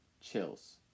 Chills